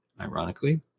Ironically